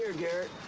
garrett.